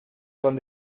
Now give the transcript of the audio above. con